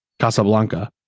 casablanca